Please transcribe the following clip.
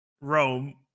Rome